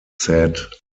said